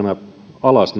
alas